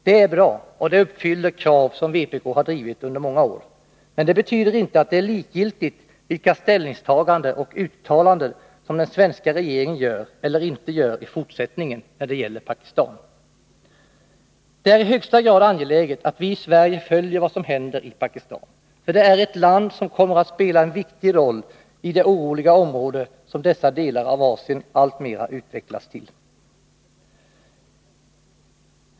Det är bra och det uppfyller krav som vpk drivit i många år, men det betyder inte att det är likgiltigt vilka ställningstaganden och uttalanden som den svenska regeringen gör eller inte gör i fortsättningen när det gäller Pakistan. Det är i högsta grad angeläget att vi i Sverige följer vad som händer i Pakistan, för det är ett land som kommer att spela en viktig roll i det oroliga område som dessa delar av Asien alltmera utvecklas till.